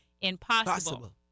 impossible